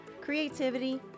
creativity